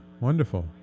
Wonderful